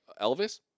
Elvis